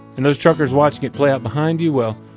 and those truckers watching it play out behind you well,